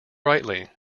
brightly